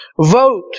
Vote